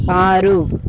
ఆరు